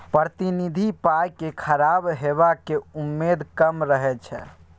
प्रतिनिधि पाइ केँ खराब हेबाक उम्मेद कम रहै छै